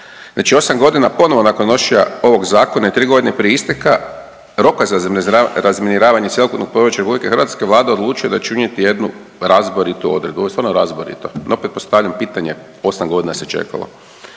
Znači 8 godina ponovno nakon donošenja ovog zakona i 3 godine prije isteka roka za razminiravanje cjelokupnog područja Republike Hrvatske Vlada je odlučila da će unijeti jednu razboritu odredbu. Ovo je stvarno razborito, onda opet postavljam pitanje 8 godina se čekalo.